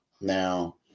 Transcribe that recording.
Now